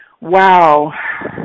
Wow